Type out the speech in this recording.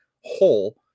whole